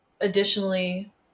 additionally